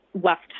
left